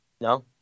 No